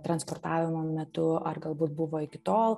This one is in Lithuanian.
transportavimo metu ar galbūt buvo iki tol